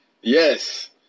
Yes